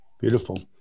Beautiful